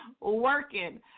working